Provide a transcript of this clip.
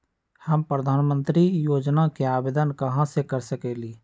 हम प्रधानमंत्री योजना के आवेदन कहा से कर सकेली?